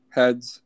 Heads